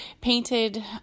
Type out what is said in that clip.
painted